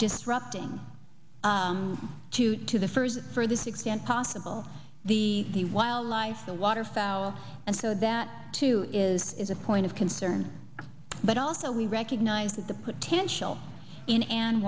disrupting two to the first for this extent possible the the wildlife the waterfowl and so that too is is a point of concern but also we recognize that the potential in an